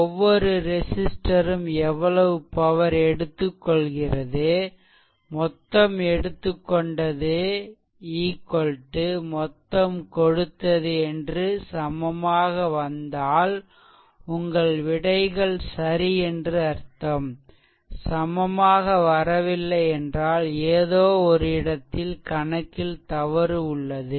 ஒவ்வொரு ரெசிஸ்ட்டரும் எவ்வளவு பவர் எடுத்துக்கொள்கிறது மொத்தம் எடுத்துக்கொண்டது மொத்தம் கொடுத்தது என்று சமமாக வந்தால் உங்கள் விடைகள் சரி என்று அர்த்தம் சமமாக வரவில்லை என்றால் ஏதோ ஒரு இடத்தில் கணக்கில் தவறு உள்ளது